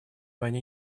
войне